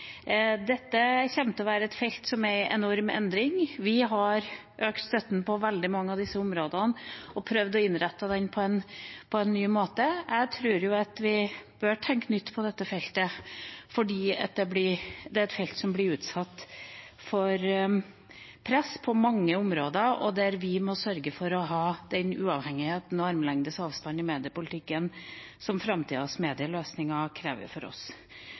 Dette kommer til å være et felt som er i enorm endring. Vi har økt støtten på veldig mange av disse områdene og prøvd å innrette den på en ny måte. Jeg tror at vi bør tenke nytt på dette feltet, fordi det er et felt som blir utsatt for press på mange områder, og vi må sørge for å ha den uavhengigheten og armlengdes avstanden i mediepolitikken som framtidas medieløsninger krever av oss.